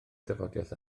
dafodiaith